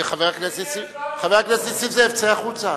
חבר הכנסת נסים זאב, אז צא החוצה.